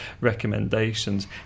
recommendations